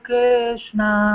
Krishna